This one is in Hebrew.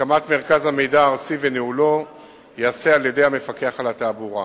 הקמת מרכז המידע הארצי וניהולו ייעשו על-ידי המפקח על התעבורה.